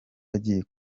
agiye